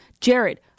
Jared